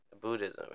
Buddhism